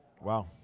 Wow